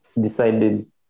decided